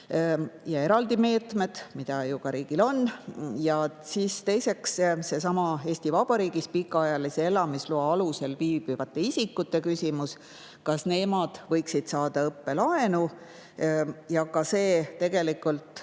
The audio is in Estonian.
ja eraldi meetmeid, mida ju riigil ka on. Teiseks, seesama Eesti Vabariigis pikaajalise elamisloa alusel viibivate isikute küsimus, kas nemad võiksid saada õppelaenu. Ka see tegelikult